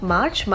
March